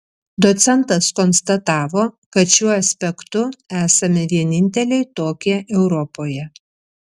docentas konstatavo kad šiuo aspektu esame vieninteliai tokie europoje